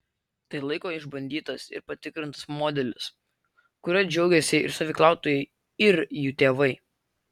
tai laiko išbandytas ir patikrintas modelis kuriuo džiaugiasi ir stovyklautojai ir jų tėvai